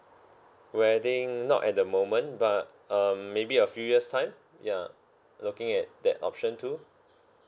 wedding not at the moment but um maybe a few years' time ya looking at that option too